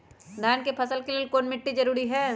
धान के फसल के लेल कौन मिट्टी जरूरी है?